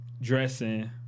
dressing